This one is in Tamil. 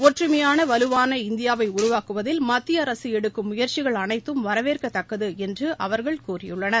ஒற்றுமையான வலுவான இந்தியாவை உருவாக்குவதில் மத்திய அரசு எடுக்கும் முயற்சிகள் அனைத்தும் வரவேற்கத்தக்கது என்று அவர்கள் கூறியுள்ளனர்